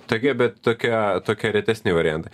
tokie bet tokia tokie retesni variantai